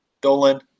Dolan